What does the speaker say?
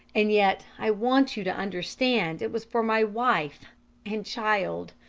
and yet i want you to understand it was for my wife and child.